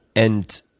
and,